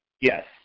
yes